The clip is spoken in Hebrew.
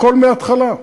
הכול מההתחלה.